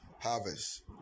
harvest